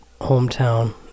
hometown